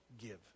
give